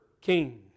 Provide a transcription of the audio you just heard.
king